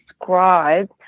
describe